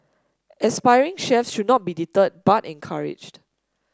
aspiring chefs should not be deterred but encouraged